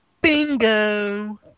Bingo